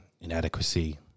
inadequacy